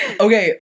Okay